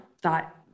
thought